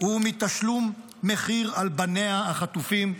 ומתשלום מחיר על בניה החטופים.